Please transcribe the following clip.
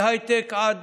מהייטק עד